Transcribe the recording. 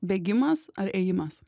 bėgimas ar ėjimas